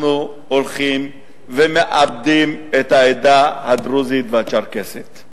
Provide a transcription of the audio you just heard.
אנחנו הולכים ומאבדים את העדה הדרוזית והצ'רקסית.